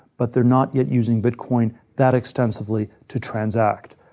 but they're not yet using bit coin that extensively to transact.